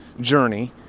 journey